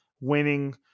winning